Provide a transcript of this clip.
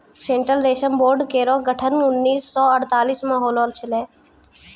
central रेशम board केरो गठन उन्नीस सौ अड़तालीस म होलो छलै